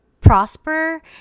prosper